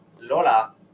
Lola